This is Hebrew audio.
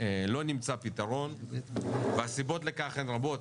לא נמצא פתרון והסיבות לכך הן רבות.